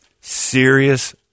serious